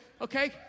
okay